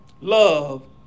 Love